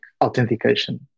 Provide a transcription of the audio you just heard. authentication